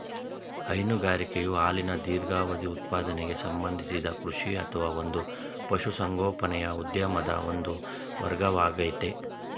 ಹೈನುಗಾರಿಕೆಯು ಹಾಲಿನ ದೀರ್ಘಾವಧಿ ಉತ್ಪಾದನೆಗೆ ಸಂಬಂಧಿಸಿದ ಕೃಷಿ ಅಥವಾ ಒಂದು ಪಶುಸಂಗೋಪನೆಯ ಉದ್ಯಮದ ಒಂದು ವರ್ಗವಾಗಯ್ತೆ